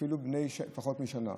אפילו בני פחות משנה.